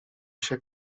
się